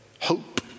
hope